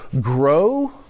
grow